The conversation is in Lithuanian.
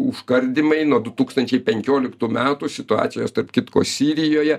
užkardymai nuo du tūkstančiai penkioliktų metų situacijos tarp kitko sirijoje